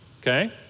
Okay